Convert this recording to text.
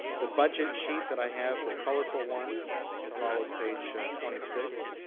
the budget sheathe that i have, the colorful one that follows page twenty six